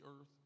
earth